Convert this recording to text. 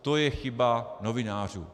To je chyba novinářů.